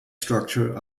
structure